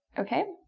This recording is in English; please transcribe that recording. okay?